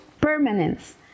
permanence